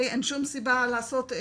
אין שום סיבה לעשות,